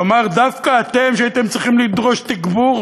כלומר, דווקא אתם, שהייתם צריכים לדרוש תגבור